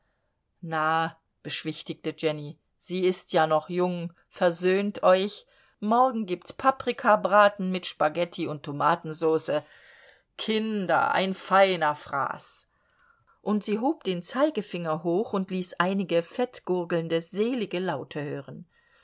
na beschwichtigte jenny sie ist ja noch jung versöhnt euch morgen gibt's paprikabraten mit spaghetti und tomatensauce kinder ein feiner fraß und sie hob den zeigefinger hoch und ließ einige fettgurgelnde selige laute hören